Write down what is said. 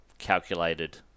calculated